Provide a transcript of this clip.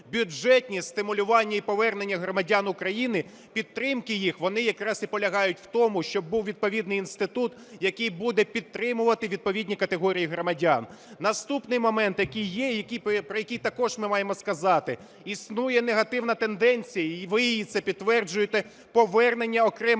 бюджетні стимулювання і повернення громадян України, підтримки їх, вони якраз і полягають в тому, щоб був відповідний інститут, який буде підтримувати відповідні категорії громадян. Наступний момент, який є і про який також ми маємо сказати. Існує негативна тенденція, і ви це підтверджуєте, повернення окремих